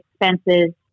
expenses